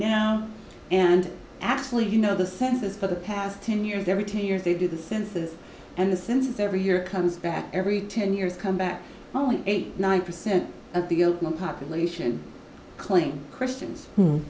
now and actually you know the census for the past ten years every ten years they do the census and the census every year comes back every ten years come back only eight nine percent of the population claim christians